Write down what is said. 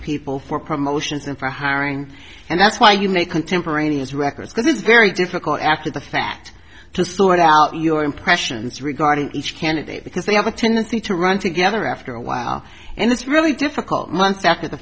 people for promotions and for hiring and that's why you make contemporaneous records this is very difficult after the fact to sort out your impressions regarding each candidate because they have a tendency to run together after awhile and it's really difficult months after the